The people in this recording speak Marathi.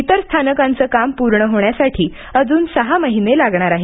इतर स्थानकांचं काम पूर्ण होण्यासाठी अजून सहा महिने लागणार आहेत